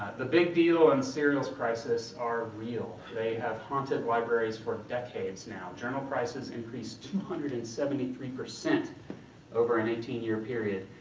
the big deal and serials crisis are real. they have haunted libraries for decades, now. journal prices increased two hundred and seventy three percent over an eighteen year period.